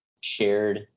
shared